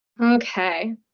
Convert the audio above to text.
Okay